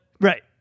Right